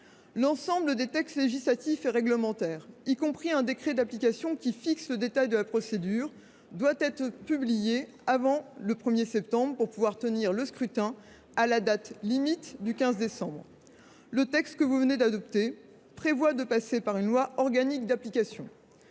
l’ensemble des textes législatifs et réglementaires – y compris le décret d’application qui fixera le détail de la procédure – doit être publié avant le 1 septembre pour que le scrutin ait lieu avant la date limite du 15 décembre. Le texte que vous venez d’adopter prévoit de passer par une loi organique d’application.